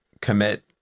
commit